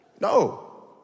No